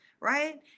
right